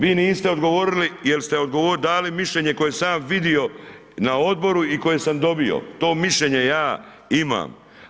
Vi niste odgovorili jer se odgovor dali mišljenje koje sam ja vidio na odboru i koji sam dobio, to mišljenje ja imam.